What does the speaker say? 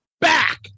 back